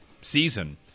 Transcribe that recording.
season